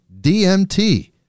dmt